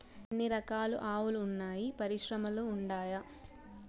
ఎన్ని రకాలు ఆవులు వున్నాయి పరిశ్రమలు ఉండాయా?